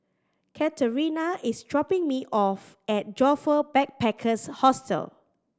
Katerina is dropping me off at Joyfor Backpackers' Hostel